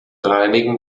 reinigen